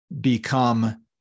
become